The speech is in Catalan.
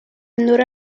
endur